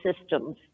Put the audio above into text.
systems